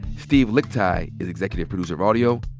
steve lickteig is executive producer of audio.